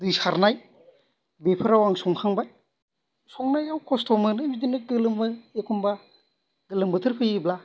दै सारनाय बेफोराव आं संखांबाय संनायाव खस्थ' मोनो बिदिनो गोलोमो एखम्बा गोलोम बोथोर फैयोब्ला